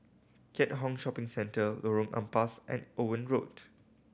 Keat Hong Shopping Centre Lorong Ampas and Owen Road